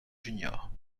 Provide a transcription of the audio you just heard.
junior